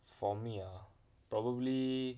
for me ah probably